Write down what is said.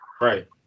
Right